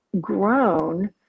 grown